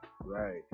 Right